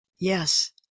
yes